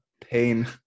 pain